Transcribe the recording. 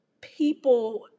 people